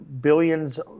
billions